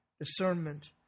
discernment